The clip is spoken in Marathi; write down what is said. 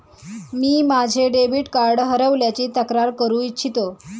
मी माझे डेबिट कार्ड हरवल्याची तक्रार करू इच्छितो